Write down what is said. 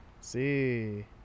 see